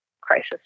crisis